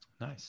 Nice